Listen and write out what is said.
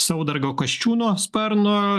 saudargo kasčiūno sparno